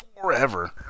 forever